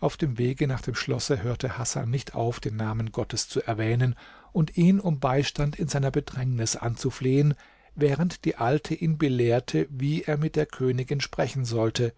auf dem wege nach dem schlosse hörte hasan nicht auf den namen gottes zu erwähnen und ihn um beistand in seiner bedrängnis anzuflehen während die alte ihn belehrte wie er mit der königin sprechen sollte